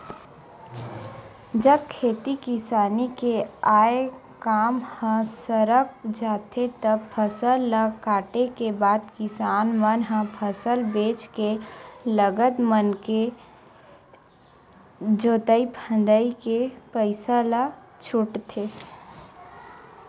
जब खेती किसानी के आय काम ह सरक जाथे तब फसल ल काटे के बाद किसान मन ह फसल बेंच के लगत मनके के जोंतई फंदई के पइसा ल छूटथे